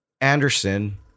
Anderson